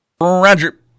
Roger